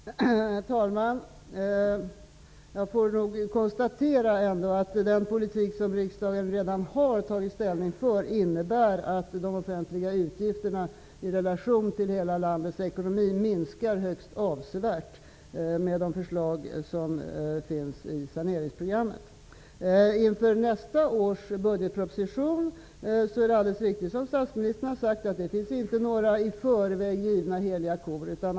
Herr talman! Jag får nog konstatera att den politik som riksdagen redan har tagit ställning för innebär att de offentliga utgifterna i relation till hela landets ekonomi minskar högst avsevärt i och med de förslag som finns i saneringsprogrammet. Det är alldeles riktigt som statsministern har sagt, att det inför nästa års budgetproposition inte finns några i förväg givna, heliga kor.